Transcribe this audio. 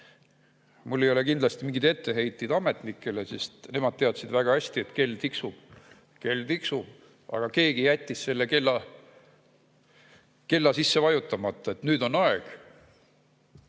Mul ei ole kindlasti mingeid etteheiteid ametnikele, sest nemad teadsid väga hästi, et kell tiksub, aga keegi jättis selle kella sisse vajutamata, et nüüd on aeg.